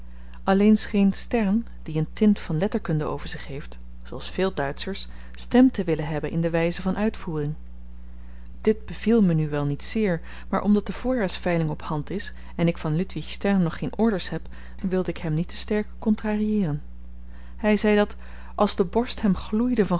alleen scheen stern die een tint van letterkunde over zich heeft zooals veel duitschers stem te willen hebben in de wyze van uitvoering dit beviel me nu wel niet zeer maar omdat de voorjaarsveiling op hand is en ik van ludwig stern nog geen orders heb wilde ik hem niet te sterk kontrarieeren hy zei dat als de borst hem gloeide van